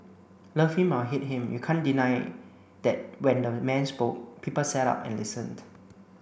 love him or hate him you can't deny that when the man spoke people sat up and listened